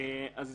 האם